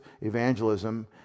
evangelism